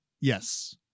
Yes